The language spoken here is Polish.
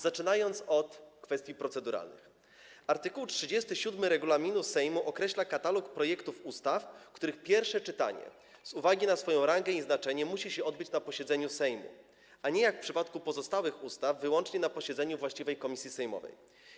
Zaczynając od kwestii proceduralnych, art. 37 regulaminu Sejmu określa katalog projektów ustaw, których pierwsze czytanie z uwagi na ich rangę i znaczenie musi odbyć się na posiedzeniu Sejmu, a nie, jak w przypadku pozostałych ustaw, wyłącznie na posiedzeniu właściwej komisji sejmowej.